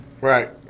Right